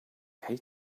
hate